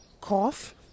cough